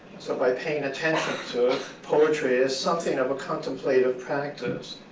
so by paying attention to poetry as something of a contemplative practice,